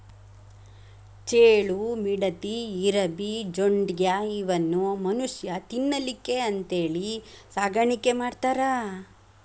ಚೇಳು, ಮಿಡತಿ, ಇರಬಿ, ಜೊಂಡಿಗ್ಯಾ ಇವನ್ನು ಮನುಷ್ಯಾ ತಿನ್ನಲಿಕ್ಕೆ ಅಂತೇಳಿ ಸಾಕಾಣಿಕೆ ಮಾಡ್ತಾರ